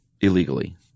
illegally